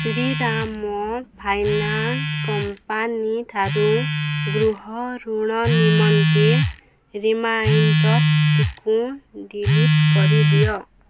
Shriram finance କମ୍ପାନୀଠାରୁ ଗୃହ ଋଣ ନିମନ୍ତେ ରିମାଇଣ୍ଡର୍ଟିକୁ ଡିଲିଟ୍ କରିଦିଅ